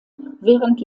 während